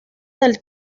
del